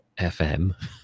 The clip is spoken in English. fm